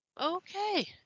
Okay